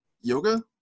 yoga